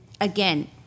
again